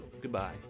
Goodbye